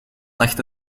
lacht